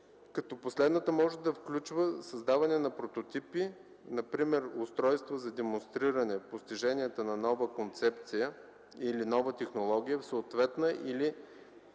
като последната може да включва създаване на прототипи, например устройства за демонстриране постиженията на нова концепция или нова технология в съответна или